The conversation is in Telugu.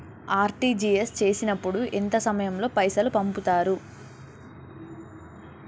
ఆర్.టి.జి.ఎస్ చేసినప్పుడు ఎంత సమయం లో పైసలు పంపుతరు?